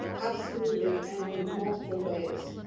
absolutely, and in multiple ways.